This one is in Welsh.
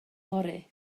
fory